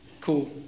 Cool